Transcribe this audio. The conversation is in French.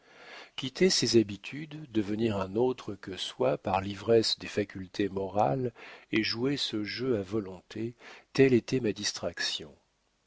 quitter ses habitudes devenir un autre que soi par l'ivresse des facultés morales et jouer ce jeu à volonté telle était ma distraction